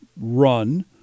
run